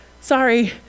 Sorry